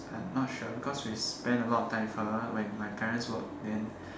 I'm not sure because we spend a lot of time with her when my parents work then